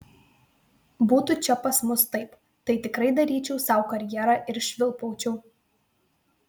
būtų čia pas mus taip tai tikrai daryčiau sau karjerą ir švilpaučiau